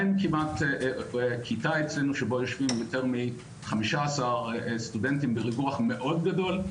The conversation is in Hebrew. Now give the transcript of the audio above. אין כמעט כיתה שבה יושבים יותר מ-15 סטודנטים בריווח מאוד גדול.